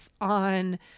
on